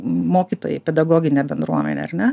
mokytojai pedagoginė bendruomenė ar ne